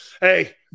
Hey